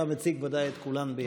אתה בוודאי מציג את כולן ביחד.